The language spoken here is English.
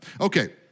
Okay